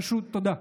פשוט תודה.